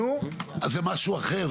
זה משהו אחר.